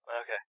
Okay